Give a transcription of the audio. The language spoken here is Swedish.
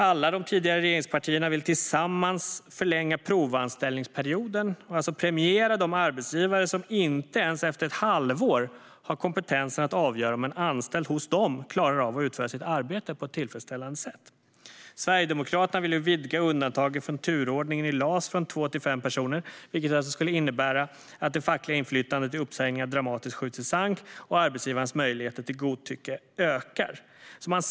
Alla de tidigare regeringspartierna vill tillsammans förlänga provanställningsperioden och alltså premiera de arbetsgivare som inte ens efter ett halvår har kompetensen att avgöra om en anställd hos dem klarar av att utföra sitt arbete på ett tillfredsställande sätt. Sverigedemokraterna vill vidga undantagen från turordningen i LAS från två till fem personer, vilket skulle innebära att det fackliga inflytandet vid uppsägningar dramatiskt skjuts i sank och att arbetsgivarens möjligheter till godtycke ökar.